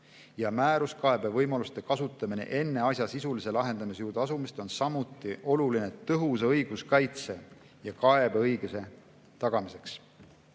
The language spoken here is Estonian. ja määruskaebevõimaluste kasutamine enne asja sisulise lahendamise juurde asumist, on samuti oluline tõhusa õiguskaitse ja kaebeõiguse tagamiseks.